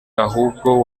ahubwo